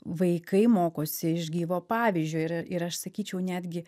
vaikai mokosi iš gyvo pavyzdžio ir ir aš sakyčiau netgi